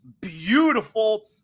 beautiful